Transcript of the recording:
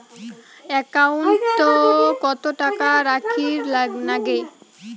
একাউন্টত কত টাকা রাখীর নাগে?